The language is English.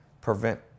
prevent